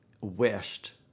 wished